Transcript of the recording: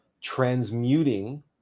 transmuting